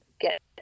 get